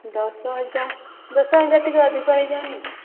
ଦଶ ହଜାର ଦଶ ହଜାର ଟିକେ ଅଧିକ ହୋଇଯାଉନି